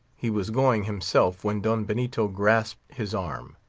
he was going himself when don benito grasped his arm.